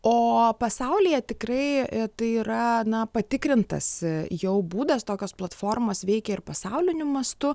o pasaulyje tikrai tai yra na patikrintas jau būdas tokios platformos veikia ir pasauliniu mastu